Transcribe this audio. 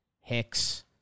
Hicks